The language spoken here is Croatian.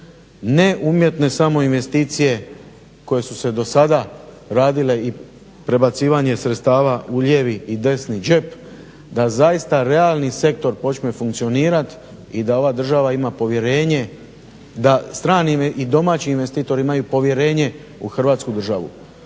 ne umjetne samo investicije koje su se do sada radile i prebacivanje sredstava u lijevi i desni džep, da zaista realni sektor počne funkcionirat i da ova država ima povjerenje, da strani i domaći investitori imaju povjerenje u Hrvatsku državu.